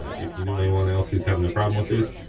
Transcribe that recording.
if you know anyone and else who's having a problem with this,